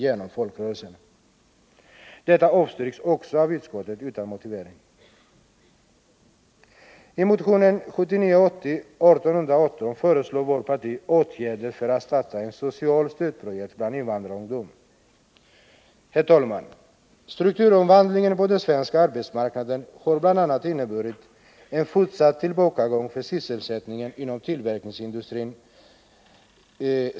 Herr talman! Strukturomvandlingen på den svenska arbetsmarknaden har bl.a. inneburit en fortsatt tillbakagång för sysselsättningen inom tillverkningsindustrin.